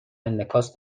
انعکاس